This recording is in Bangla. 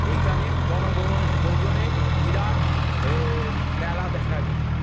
এইখানে বন ভো ভোজনের বিরাট মেলা দেখা যায়